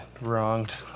wronged